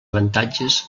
avantatges